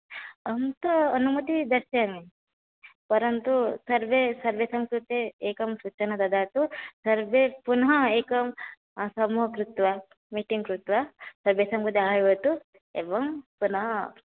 अहं तु अनुमतिः दास्यामि परन्तु सर्वे सर्वेषां कृते एकं सूचना ददातु सर्वे पुनः एकं समूहं कृत्वा मीटिङ्ग् कृत्वा सर्वेषां कृते आह्वयतु एवं पुनः